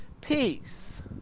peace